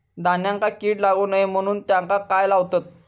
धान्यांका कीड लागू नये म्हणून त्याका काय लावतत?